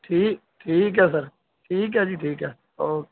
ਠੀ ਠੀਕ ਹੈ ਸਰ ਠੀਕ ਹੈ ਜੀ ਠੀਕ ਹੈ ਓ